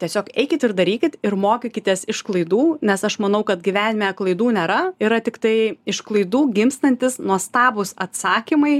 tiesiog eikit ir darykit ir mokykitės iš klaidų nes aš manau kad gyvenime klaidų nėra yra tiktai iš klaidų gimstantys nuostabūs atsakymai